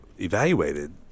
evaluated